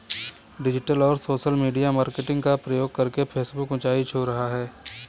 digital और social media marketing का प्रयोग करके फेसबुक ऊंचाई छू रहा है